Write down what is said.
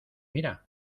mira